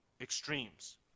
extremes